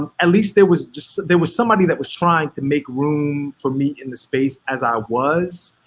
um at least there was just, there was somebody that was trying to make room for me in the space as i was.